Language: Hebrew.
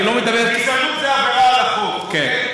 גזענות זו עבירה על החוק, אוקיי?